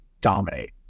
dominate